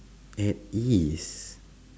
at ease